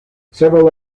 several